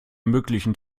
möglichen